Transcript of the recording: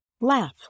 Laugh